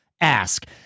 ask